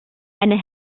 eine